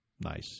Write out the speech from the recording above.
nice